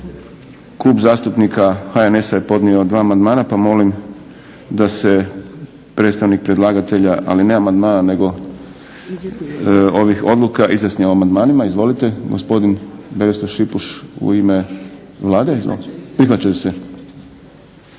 Klub zastupnika HNS-a je podnio 2 amandmana, pa molim da se predstavnik predlagatelja, ali ne amandmana nego ovih odluka izjasni o amandmanima. Izvolite, gospodin Berislav Šipuš u ime Vlade, izvolite.